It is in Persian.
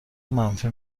منفی